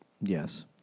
Yes